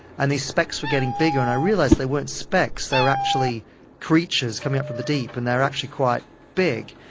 and these specks were getting bigger and i realised they weren't specks, they were actually creatures coming up from the deep, and they were actually quite big.